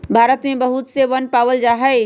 भारत में बहुत से वन पावल जा हई